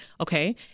Okay